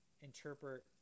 interpret